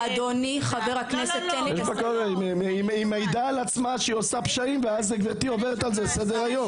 היא מעידה על עצמה שהיא עושה פשעים וגברתי עוברת על זה לסדר היום.